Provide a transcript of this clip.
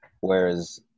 Whereas